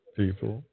people